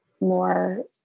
more